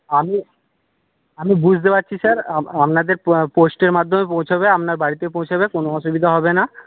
আমি আমি বুঝতে পারছি স্যার আপনাদের পোস্টের মাধ্যমে পৌঁছোবে আপনার বাড়িতে পৌঁছোবে কোনো অসুবিধা হবে না